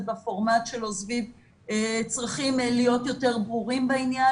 בפורמט שלו סביב הצורך להיות יותר ברורים בעניין